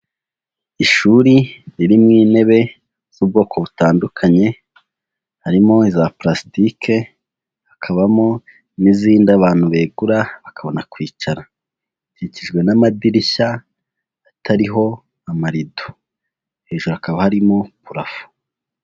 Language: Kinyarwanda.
Ishuri ririmo intebe z'ubwoko butandukanye: Harimo iza pulasitike, hakabamo n'izindi abantu begura akabona kwicara. Rikikijwe n'amadirishya atariho amarido hejuru hakaba harimo parafo.